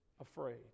afraid